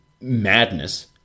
madness